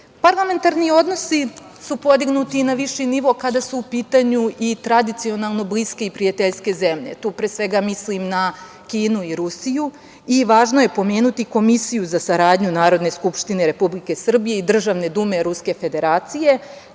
države. Parlamentarni odnosi su podignuti na viši nivo kada su u pitanju i tradicionalno bliske i prijateljske zemlje. Pre svega, tu mislim na Kinu i Rusiju. Važno je pomenuti Komisiju za saradnju Narodne skupštine Republike Srbije i Državne Dume Ruske Federacija,